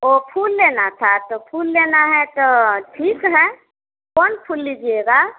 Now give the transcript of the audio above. ओ फूल लेना था तो फूल लेना है तो ठीक है कौन फूल लीजिएगा